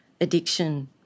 addiction